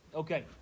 Okay